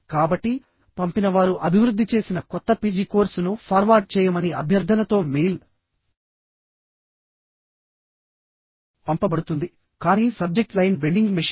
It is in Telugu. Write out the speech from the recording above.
కాబట్టి పంపినవారు అభివృద్ధి చేసిన కొత్త పిజి కోర్సును ఫార్వార్డ్ చేయమని అభ్యర్థనతో మెయిల్ పంపబడుతుంది కానీ సబ్జెక్ట్ లైన్ వెండింగ్ మెషీన్